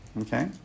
Okay